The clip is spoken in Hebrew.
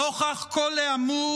"נוכח כל האמור,